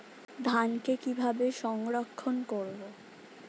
ধানকে কিভাবে সংরক্ষণ করব?